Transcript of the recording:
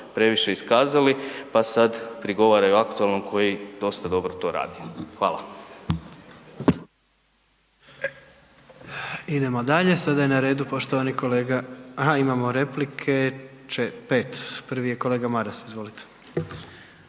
previše iskazali pa sad prigovaraju aktualnom koji dosta dobro to radi. Hvala. **Jandroković, Gordan (HDZ)** Idemo dalje. Sada je na redu poštovani kolega, aha imamo replike, 5, prvi je kolega Maras, izvolite.